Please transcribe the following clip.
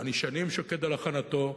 אני שנים שוקד על הכנתו,